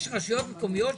מאיפה הכסף הזה?